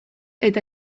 eta